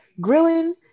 grilling